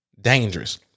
dangerous